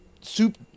soup